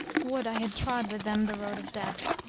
would i had trod with them the road of death!